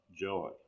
joy